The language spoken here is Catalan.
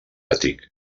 àtic